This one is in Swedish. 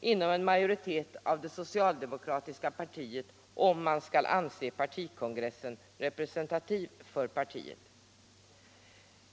inom en majoritet av det socialdemokratiska partiet. om man skall anse att partikongressen är representativ för partiet.